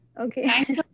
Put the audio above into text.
Okay